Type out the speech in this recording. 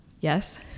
yes